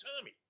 Tommy